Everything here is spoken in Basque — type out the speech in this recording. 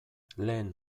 lehen